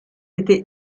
été